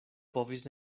povis